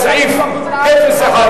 סעיף 01,